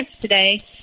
today